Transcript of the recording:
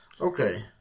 Okay